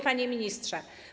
Panie Ministrze!